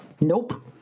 Nope